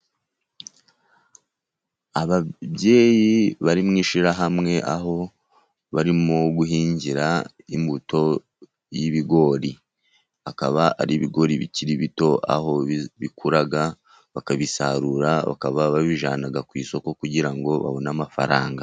Ababyeyi bari mu ishirahamwe aho barimo guhingira imbuto y'ibigori, akaba ari ibigori bikiri bito aho bikura bakabisarura bakaba babijyana ku isoko kugira ngo babone amafaranga.